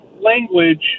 language